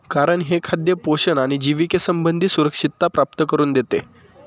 कारण हे खाद्य पोषण आणि जिविके संबंधी सुरक्षितता प्राप्त करून देते